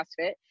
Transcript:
CrossFit